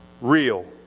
real